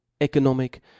economic